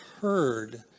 heard